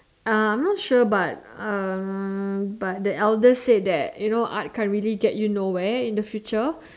uh I'm not sure but uh but the elders say that art can't really get you nowhere in the future